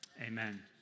Amen